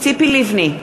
ציפי לבני,